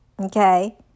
okay